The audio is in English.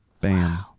Bam